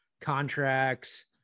contracts